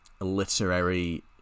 literary